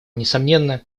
несомненно